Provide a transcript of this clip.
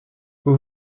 vous